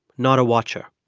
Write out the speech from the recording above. not a watcher.